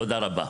תודה רבה.